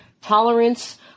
tolerance